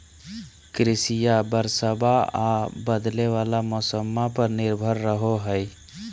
कृषिया बरसाबा आ बदले वाला मौसम्मा पर निर्भर रहो हई